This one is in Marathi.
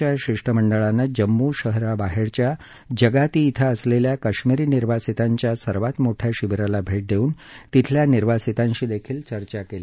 राजदूतांच्या शिष्टमंडळानं जम्मू शहराबाहेरच्या जगाती ें असलेल्या काश्मीरी निर्वासितांच्या सर्वात मोठ्या शिबीराला भेट देऊन तिथल्या निर्वासितांशीदेखील चर्चा केली